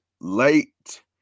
late